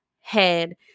head